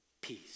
peace